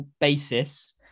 basis